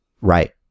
Right